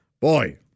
boy